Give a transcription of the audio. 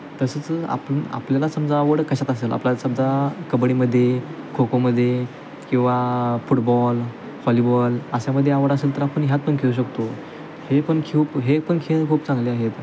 तसंच आपण आपल्याला समजा आवड कशात असंल आपल्याला समजा कबड्डीमध्ये खोखोमध्ये किंवा फुटबॉल हॉलीबॉल अशामध्ये आवड असेल तर आपण ह्यात पण खेळू शकतो हे पण खूप हे पण खेळ खूप चांगले आहेत